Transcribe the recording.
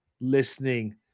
listening